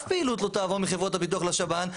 פעילות לא תעבור מחברות הביטוח לשב"ן,